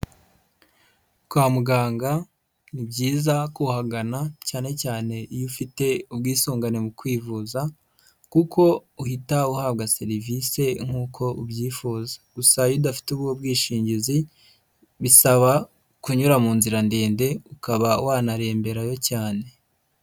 Kwa muganga ni byiza kuhagana, cyane cyane iyo ufite ubwisungane mu kwivuza kuko uhita uhabwa serivisi nk'uko ubyifuza, gusa iyo udafite ubwo bwishingizi, bisaba kunyura mu nzira ndende, ukaba wanaremberayo cyane.